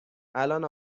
الان